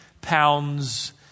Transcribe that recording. pounds